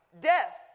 Death